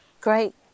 Great